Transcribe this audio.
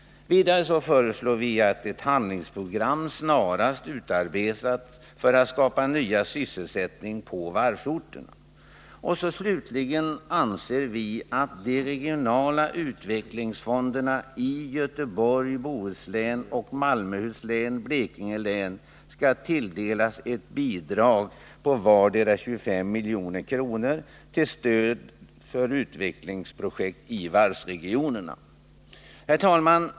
Vidare föreslår vi att ett handlingsprogram snarast utarbetas för att skapa ny sysselsättning på varvsorterna. Slutligen anser vi att de regionala utvecklingsfonderna i Göteborgs och Bohus län, Malmöhus län och Blekinge län skall tilldelas ett bidrag på vardera 25 milj.kr. för stöd till utvecklingsprojekt i varvsregionerna. Herr talman!